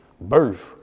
birth